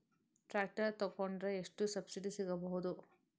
Tractor ತೊಕೊಂಡರೆ ಎಷ್ಟು subsidy ಸಿಗಬಹುದು?